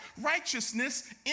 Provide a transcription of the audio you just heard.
righteousness